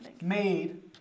made